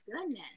goodness